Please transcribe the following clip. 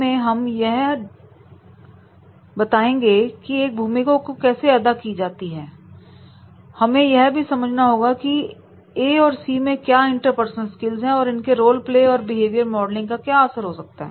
roleplay में हम यह दर्शाएंगे कि एक भूमिका कैसे अदा की जाती है हमें यह भी समझना होगा कि ए और सि मैं क्या इंटरपर्सनल स्किल्स हैं और इनका रोल प्ले और बिहेवियर मॉडलिंग पर क्या असर हो सकता है